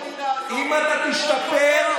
אם אתה תשתפר.